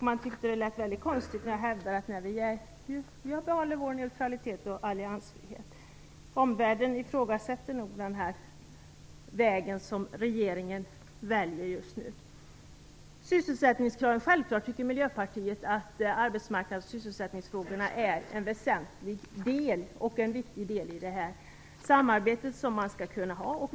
Man tyckte att det lät väldigt konstigt när jag hävdade att vi har behållit vår neutralitet och alliansfrihet. Omvärlden ifrågasätter nog den väg som regeringen just nu väljer. Det är självklart att vi i Miljöpartiet anser att arbetsmarknads och sysselsättningsfrågorna är en väsentlig del i samarbetet.